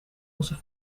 onze